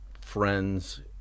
friends